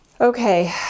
Okay